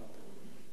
איש צנוע.